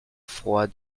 froid